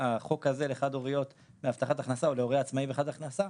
החוק הזה לחד-הוריות בהבטחת הכנסה או להורה עצמי בהבטחת הכנסה,